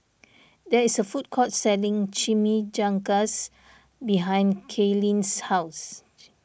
there is a food court selling Chimichangas behind Kaylynn's house